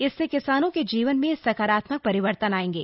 इससे किसानों के जीवन में सकारात्मक परिवर्तन आएंगे